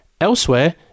Elsewhere